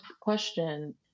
question